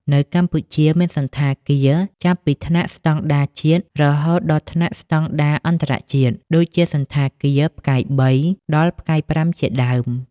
នៅកម្ពុជា មានសណ្ឋាគារចាប់ពីថ្នាក់ស្តង់ដារជាតិរហូតដល់ថ្នាក់ស្ដង់ដារអន្តរជាតិ ដូចជាសណ្ឋាគារ ផ្កាយ៣ ដល់ ផ្កាយ៥ជាដើម។